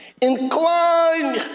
incline